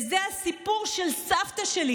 זה הסיפור של סבתא שלי.